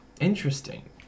Interesting